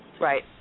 Right